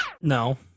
No